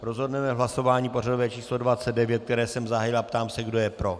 Rozhodneme v hlasování pořadové číslo 29, které jsem zahájil, a ptám se, kdo je pro.